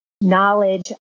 knowledge